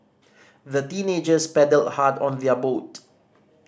the teenagers paddled hard on their boat